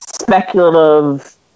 speculative